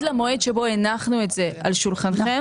למועד שבו הנחנו את זה על שולחנכם,